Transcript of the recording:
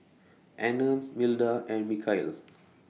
Anner Milda and Michaele